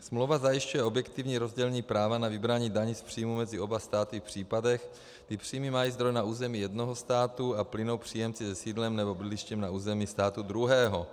Smlouva zajišťuje objektivní rozdělení práva na vybrání daní z příjmu mezi oba státy v případech, kdy příjmy mají zdroj na území jednoho státu a plynou příjemci se sídlem nebo bydlištěm na území státu druhého.